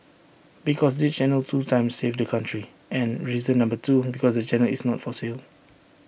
because this channel two times saved the country and reason number two because the channel is not for sale